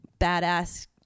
badass